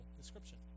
description